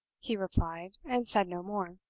he replied, and said no more.